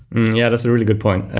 yeah. that's a really good point.